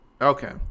Okay